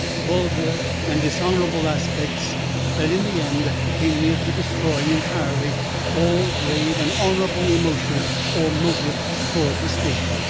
vulgar, and dishonorable aspects that in the end came near to destroying entirely all grave and honorable emotion or motive toward the state.